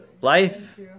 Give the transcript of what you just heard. life